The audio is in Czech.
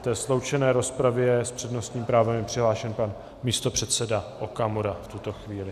Ve sloučené rozpravě je s přednostním právem přihlášen pan místopředseda Okamura v tuto chvíli.